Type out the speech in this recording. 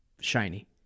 shiny